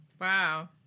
Wow